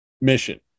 mission